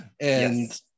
and-